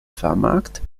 vermerkt